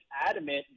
adamant